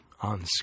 on